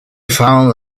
found